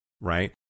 right